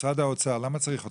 משרד האוצר, למה צריך אתכם?